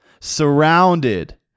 surrounded